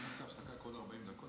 אני הייתי עושה הפסקה כל 40 דקות,